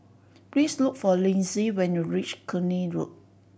please look for Linzy when you reach Cluny Road